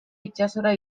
itsasora